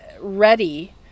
ready